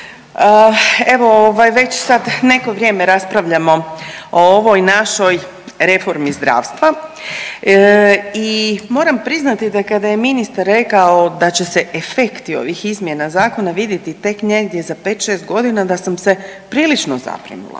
ovaj već sad neko vrijeme raspravljamo o ovoj našoj reformi zdravstva i moram priznati da kada je ministar rekao da će se efekti ovih izmjena zakona vidjeti tek negdje za 5-6 godina da sam se prilično zabrinula.